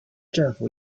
政府